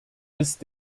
ist